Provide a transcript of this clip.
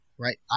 right